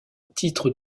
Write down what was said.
titre